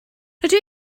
rydw